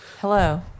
Hello